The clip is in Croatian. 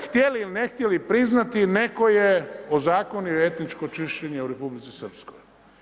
Htjeli ili ne htjeli priznati, netko je ozakonio etničko čišćenje u Republici Srpskoj.